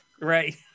Right